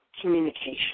communication